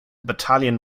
battalion